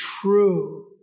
true